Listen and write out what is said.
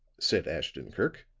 said ashton-kirk,